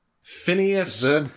Phineas